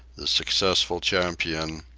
the successful champion,